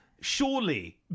surely